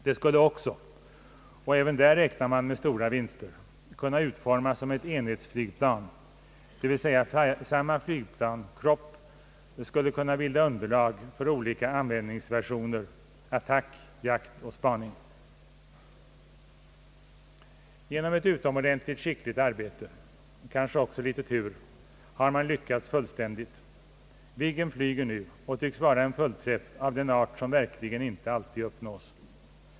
Det skulle också — och även där räknar man med stora vinster — kunna utformas som ett enhetsflyg plan, d. v. s. samma flygplanskropp skulle kunna bilda underlag för olika användningsversioner — attack, jakt Genom ett utomordentligt skickligt arbete, kanske också litet tur — har man lyckats fullständigt. Viggen flyger nu och tycks vara en fullträff av den art som verkligen inte alltid uppnås.